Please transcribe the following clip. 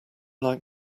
like